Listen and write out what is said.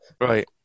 Right